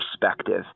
perspective